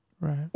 Right